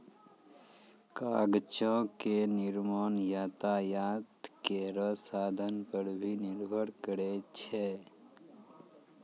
कागजो क निर्माण यातायात केरो साधन पर भी निर्भर करै छै